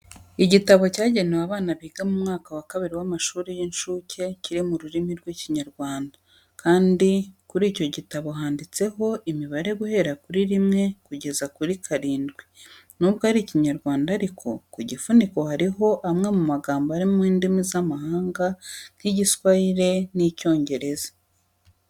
Igitabo cyagenewe abana biga mu mwaka wa kabiri w'amashuri y'incuke kiri mu rurimi rw'Ikinyarwanda, kandi kuri icyo gitabo handitseho imibare guhera kuri rimwe kugeza kuri karindwi. Nubwo ari Ikinyarwanda ariko, ku gifuniko hariho amwe mu magambo ari mu ndimi z'amahanga nk'Igiswayire n'Icyongereza.